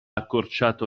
accorciato